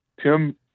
Tim